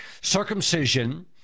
circumcision